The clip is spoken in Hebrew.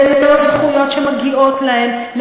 ללא זכויות שמגיעות להם,